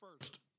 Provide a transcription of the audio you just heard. first